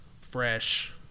fresh